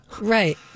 Right